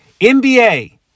NBA